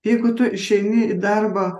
jeigu tu išeini į darbą